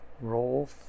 roll